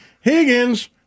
Higgins